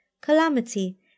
calamity